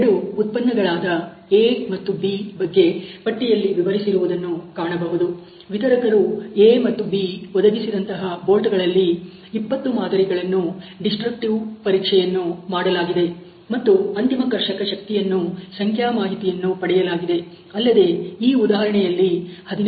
ಎರಡು ಉತ್ಪನ್ನಗಳಾದ A ಮತ್ತು B ಬಗ್ಗೆ ಪಟ್ಟಿಯಲ್ಲಿ ವಿವರಿಸಿರುವುದನ್ನು ಕಾಣಬಹುದು ವಿತರಕರು A ಮತ್ತು B ಒದಗಿಸಿದಂತಹ ಬೋಲ್ಟ್'ಗಳಲ್ಲಿ 20 ಮಾದರಿಗಳನ್ನು ಡಿಸ್ಟ್ರಕ್ಟಿವ್ ಪರೀಕ್ಷೆಯನ್ನು ಮಾಡಲಾಗಿದೆ ಮತ್ತು ಅಂತಿಮ ಕರ್ಷಕ ಶಕ್ತಿಯನ್ನು ಸಂಖ್ಯಾ ಮಾಹಿತಿಯನ್ನು ಪಡೆಯಲಾಗಿದೆ ಅಲ್ಲದೆ ಈ ಉದಾಹರಣೆಯಲ್ಲಿ 15